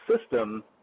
system